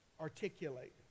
Articulate